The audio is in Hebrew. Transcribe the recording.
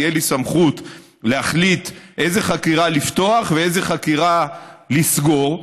תהיה לי סמכות להחליט איזו חקירה לפתוח ואיזו חקירה לסגור,